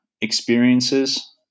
experiences